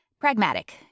pragmatic